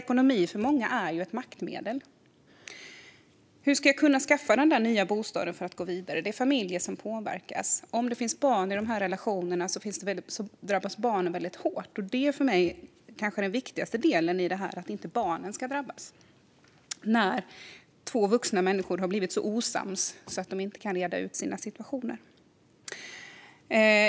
Ekonomi är för många ett maktmedel. Hur ska man kunna skaffa den där nya bostaden för att gå vidare? Familjer påverkas, och om det finns barn i de här relationerna drabbas de väldigt hårt. Det är för mig kanske den viktigaste delen i det här: Barnen ska inte drabbas när två vuxna människor har blivit så osams att de inte kan reda ut sin situation.